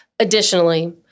Additionally